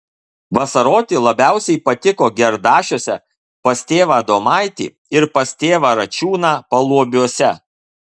vasaroti labiausiai patiko gerdašiuose pas tėvą adomaitį ir pas tėvą račiūną paluobiuose